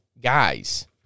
Guys